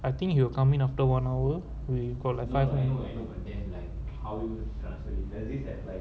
I think he will come in after one hour we call advice I know then like at least like